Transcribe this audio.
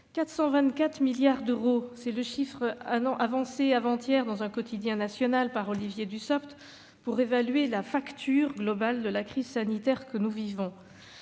424 milliards d'euros : tel est le chiffre avancé avant-hier dans un quotidien national par Olivier Dussopt pour évaluer la facture globale de la crise sanitaire que nous vivons.